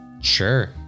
Sure